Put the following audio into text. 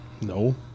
no